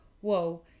whoa